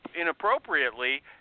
inappropriately